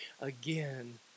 again